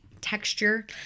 texture